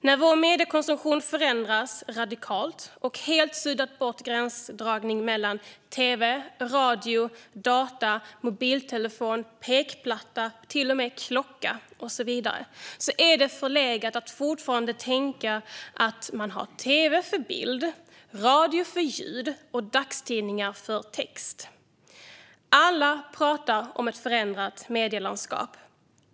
När vår mediekonsumtion förändrats radikalt och helt suddat bort gränsdragningen mellan tv, radio, dator, mobiltelefon, pekplatta, till och med klocka och så vidare är det förlegat att fortfarande tänka att man har tv för bild, radio för ljud och dagstidningar för text. Alla pratar om ett förändrat medielandskap.